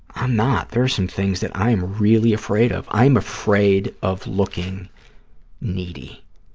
i'm not. there are some things that i am really afraid of. i am afraid of looking needy.